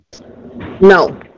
no